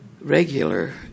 regular